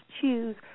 choose